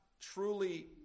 truly